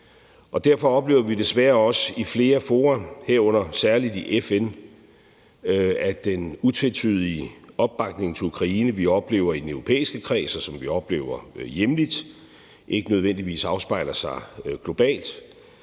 Der oplever vi desværre også i flere fora, herunder særlig i FN, at den utvetydige opbakning til Ukraine, vi oplever i den europæiske kreds, og som vi oplever hjemligt, ikke nødvendigvis afspejler sig globalt.